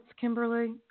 Kimberly